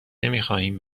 نمیخواهیم